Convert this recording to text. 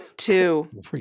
two